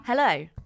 Hello